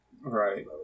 right